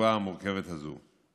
בתקופה המורכבת הזאת.